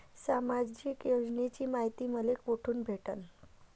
सामाजिक योजनेची मायती मले कोठून भेटनं?